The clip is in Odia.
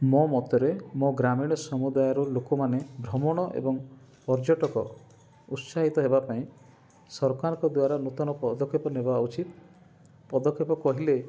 ମୋ ମତରେ ମୋ ଗ୍ରାମୀଣ ସମୁଦାୟର ଲୋକମାନେ ଭ୍ରମଣ ଏବଂ ପର୍ଯ୍ୟଟକ ଉତ୍ସାହିତ ହେବାପାଇଁ ସରକାର ନୂତନ ପଦକ୍ଷେପ ନେବା ଉଚିତ୍ ପଦକ୍ଷେପ କହିଲେ